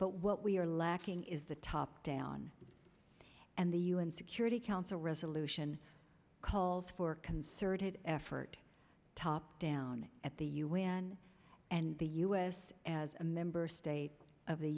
but what we are lacking is the top down and the un security council resolution calls for concerted effort top down at the un and the us as a member state of the